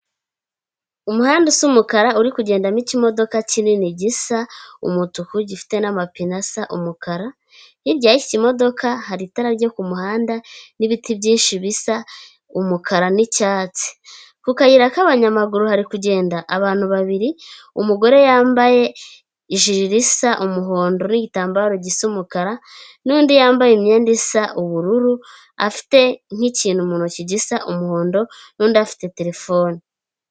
Umuhanda usa umukara uri kugendamo ikimodoka kinini gisa umutuku gifite n'amapine asa umukara hirya yiki kimodoka hari itara ryo ku muhanda n'ibiti byinshi bisa umukara n'icyatsi ku kayira k'abanyamaguru hari kugenda abantu babiri umugore yambaye ijire risa umuhondo nigitambaro gisa umukara n'undi wambaye imyenda isa ubururu afite nk'ikintu mu ntoki gisa umuhondo n'undi afite terefone.